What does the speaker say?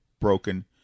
broken